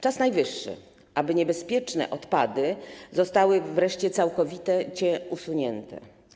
Czas najwyższy, aby niebezpieczne odpady zostały wreszcie całkowicie usunięte.